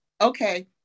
Okay